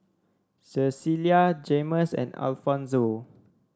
Cecilia Jaymes and Alfonso